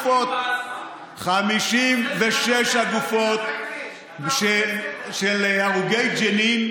הגופות, 56 הגופות של הרוגי ג'נין,